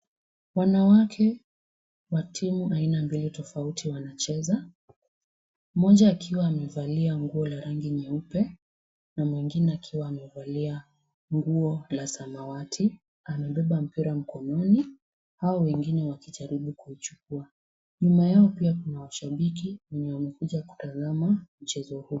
Wanawake wa timu aina mbili tofauti wanacheza. Mmoja akiwa amevalia nguo la rangi nguo nyeupe na mwingine akiwa amevalia nguo la samawati, amebeba mpira mkononi , hao wengie wakijaribu kuuchukua. Nyuma yao pia kuna mashabiki wenye wamekuja kutazama mchezo huu.